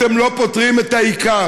אתם לא פותרים את העיקר,